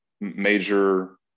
major